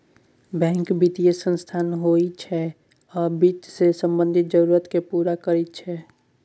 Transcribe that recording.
bank बित्तीय संस्थान होइ छै आ बित्त सँ संबंधित जरुरत केँ पुरा करैत छै